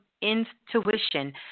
intuition